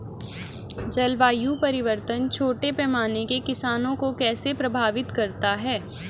जलवायु परिवर्तन छोटे पैमाने के किसानों को कैसे प्रभावित करता है?